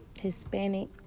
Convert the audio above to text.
hispanic